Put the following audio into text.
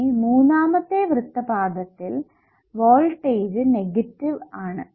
ഇനി മൂന്നാമത്തെ വൃത്തപാദത്തിൽ വോൾടേജ് നെഗറ്റീവ് ആണ്